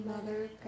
Mother